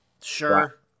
Sure